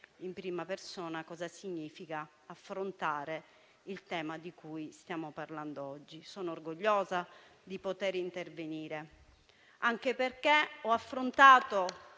in prima persona quindi cosa significa affrontare il tema di cui stiamo parlando oggi. Sono orgogliosa di poter intervenire, anche perché ho affrontato